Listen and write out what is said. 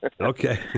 Okay